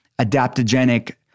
adaptogenic